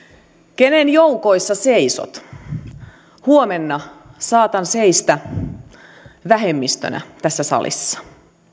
kenen joukoissa seisot huomenna saatan seistä vähemmistönä tässä salissa